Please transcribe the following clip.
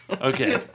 Okay